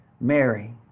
Mary